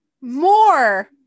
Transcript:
More